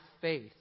faith